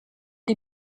die